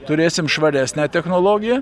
turėsim švaresnę technologiją